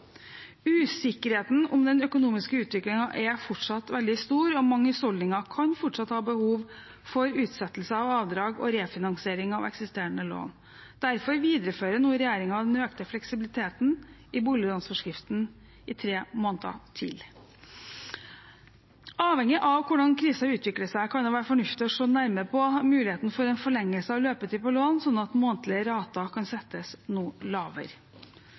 Usikkerheten om den økonomiske utviklingen er fortsatt veldig stor, og mange husholdninger kan fortsatt ha behov for utsettelse av avdrag og refinansiering av eksisterende lån. Derfor viderefører nå regjeringen den økte fleksibiliteten i boliglånsforskriften i tre måneder til. Avhengig av hvordan krisen utvikler seg, kan det være fornuftig å se nærmere på muligheten for forlengelse av løpetiden på lån slik at månedlige rater kan settes noe lavere.